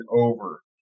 over